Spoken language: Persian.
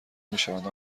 میشوند